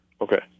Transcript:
Okay